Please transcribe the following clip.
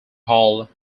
hall